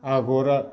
आगरा